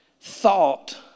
Thought